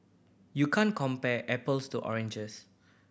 you can't compare apples to oranges